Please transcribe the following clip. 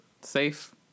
safe